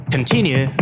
Continue